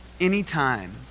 anytime